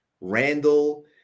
Randall